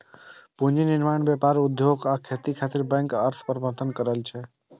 पूंजी निर्माण, व्यापार, उद्योग आ खेती खातिर बैंक अर्थ प्रबंधन करै छै